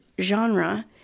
genre